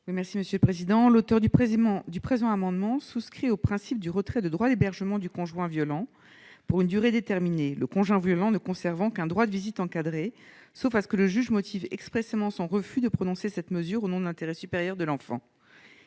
parole est à Mme Laure Darcos. Je souscris au principe du retrait du droit d'hébergement du conjoint violent, pour une durée déterminée, qui ne conserve qu'un droit de visite encadré, sauf à ce que le juge motive expressément son refus de prononcer cette mesure au nom de l'intérêt supérieur de l'enfant.